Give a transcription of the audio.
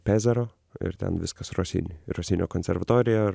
pezaro ir ten viskas rosini ir rosinio konservatorija ir